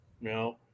No